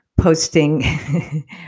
posting